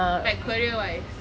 like career wise